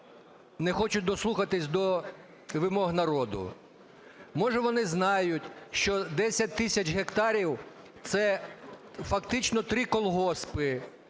не хочуть дослухатися до вимог народу. Може, вони знають, що 10 тисяч гектарів – це фактично 3 колгоспи,